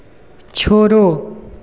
छोड़ो